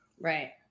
Right